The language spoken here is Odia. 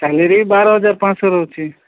ସାଲାରୀ ବାର ହଜାର ପାଞ୍ଚଶହ ରହୁଛି